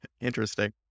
Interesting